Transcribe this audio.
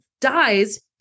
dies